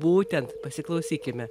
būtent pasiklausykime